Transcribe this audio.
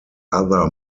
other